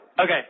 Okay